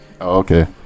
okay